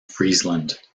friesland